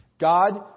God